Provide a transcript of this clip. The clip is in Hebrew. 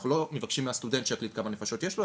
אנחנו לא מבקשים מהסטודנט שיקליד כמה נפשות יש לו,